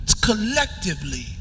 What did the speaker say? collectively